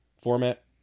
format